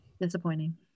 Disappointing